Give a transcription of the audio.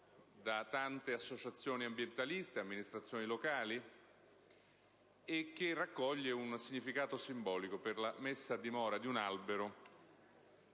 da tante associazioni ambientaliste e amministrazioni locali, e che ha un significato simbolico, prevedendo la messa a dimora di un albero